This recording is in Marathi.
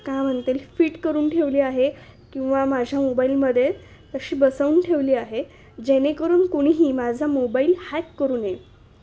काय म्हणता येईल फिट करून ठेवली आहे किंवा माझ्या मोबाईलमध्ये तशी बसवून ठेवली आहे जेणेकरून कोणीही माझा मोबाईल हॅक करू नये